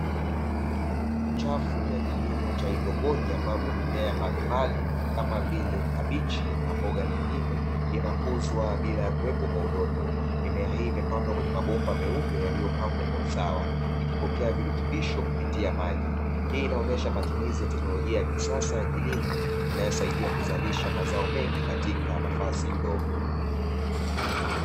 Chafu ya kilimo cha haidroponi ambapo mimea mbalimbali kama vile kabichi na mboga nyingine inakuzwa bila ya kuwepo udongo. Mimea hii imepandwa kwenye mabomba meupe yaliyopangwa kwa usawa ikipokea virutubisho kupitia maji. Hii inaonyesha matumizi ya teknolojia ya kisasa ya kilimo inayosaidia kuzalisha mazao mengi katika nafasi ndogo.